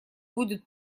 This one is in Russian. будут